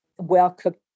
well-cooked